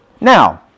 now